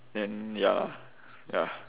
then ya lah ya